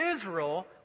Israel